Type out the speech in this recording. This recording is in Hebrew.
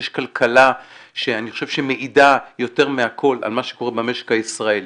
יש כלכלה שאני חושב שמעידה יותר מהכל על מה שקורה במשק הישראלי,